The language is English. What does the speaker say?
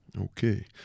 Okay